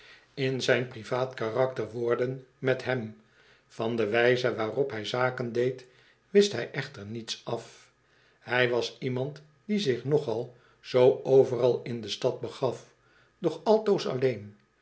in zijn privaatkarakter woorden met hem van de wijze waarop hij zaken deed wist hij echter niets af hu was iemand die zich nogal zoo overal in de stad begaf doch altoos alleen